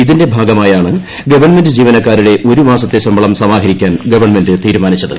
ഇതിന്റെ ഭാഗമായാണ് ഗവൺമെന്റ് ജീവനക്കാരുടെ ഒരു മാസത്തെ ശമ്പളം സമാഹരിക്കാൻ ഗവൺമെന്റ് തീരുമാനിച്ചത്